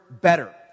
better